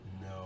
No